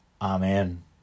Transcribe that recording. Amen